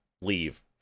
leave